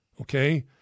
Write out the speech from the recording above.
Okay